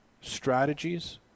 strategies